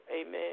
Amen